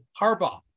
Harbaugh